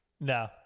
No